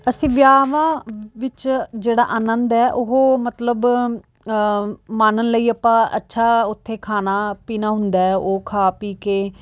ਅਸੀਂ ਵਿਆਹਾਂ ਵਿੱਚ ਜਿਹੜਾ ਅਨੰਦ ਹੈ ਉਹ ਮਤਲਬ ਮੰਨ ਲਈਏ ਆਪਾਂ ਅੱਛਾ ਉੱਥੇ ਖਾਣਾ ਪੀਣਾ ਹੁੰਦਾ ਹੈ ਉਹ ਖਾ ਪੀ ਕੇ